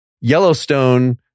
Yellowstone